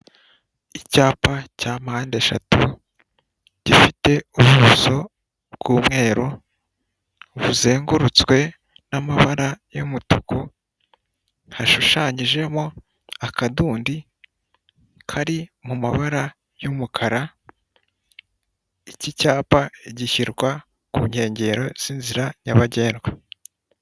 Icyapa cya mpandeshatu gifite ubuso bw'umweru buzengurutswe n'amabara y'umutuku hashushanyijemo akadundi kari mu mabara y'umukara, iki cyapa gishyirwa ku nyengero zinzira nyabagendwa.